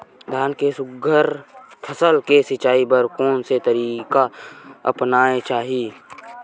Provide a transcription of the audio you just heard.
धान के सुघ्घर फसल के सिचाई बर कोन से तरीका अपनाना चाहि?